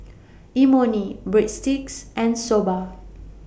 Imoni Breadsticks and Soba